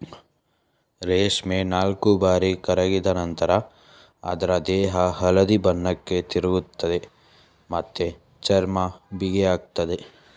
ರೇಷ್ಮೆ ನಾಲ್ಕುಬಾರಿ ಕರಗಿದ ನಂತ್ರ ಅದ್ರ ದೇಹ ಹಳದಿ ಬಣ್ಣಕ್ಕೆ ತಿರುಗ್ತದೆ ಮತ್ತೆ ಚರ್ಮ ಬಿಗಿಯಾಗ್ತದೆ